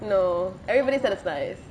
no everybody says it's nice